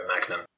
magnum